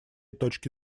точки